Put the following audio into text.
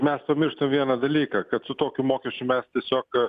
mes pamirštam vieną dalyką kad su tokiu mokesčiu mes tiesiog